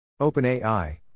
OpenAI